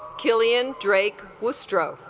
killian drake wooster oh